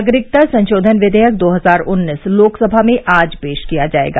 नागरिकता संशोधन विधेयक दो हजार उन्नीस लोकसभा में आज पेश किया जाएगा